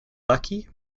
lucky